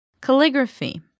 Calligraphy